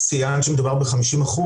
ציינת שמדובר ב-50%,